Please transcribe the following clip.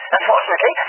Unfortunately